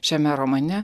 šiame romane